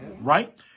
right